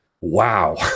wow